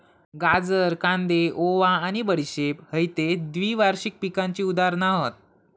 गाजर, कांदे, ओवा आणि बडीशेप हयते द्विवार्षिक पिकांची उदाहरणा हत